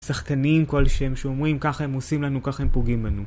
בואנה אתההההה